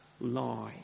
lie